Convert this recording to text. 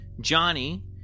Johnny